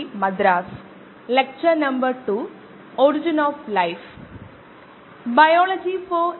കോഴ്സിന്റെ സമ്പ്രദായങ്ങളെക്കുറിച്ച് പരാമർശിച്ചതിന് ശേഷം നമ്മൾ ചില ദൈനംദിന ഉദാഹരണങ്ങൾ പരിശോധിച്ചു